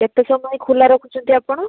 କେତେ ସମୟ ଖୋଲା ରଖୁଛନ୍ତି ଆପଣ